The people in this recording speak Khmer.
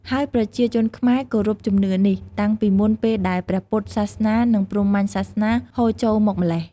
ហើយប្រជាជនខ្មែរ គោរពជំនឿនេះ តាំងពីមុនពេលដែលព្រះពុទ្ធសាសនា និងព្រហ្មញ្ញសាសនា ហូរចូលមកម្ល៉េះ។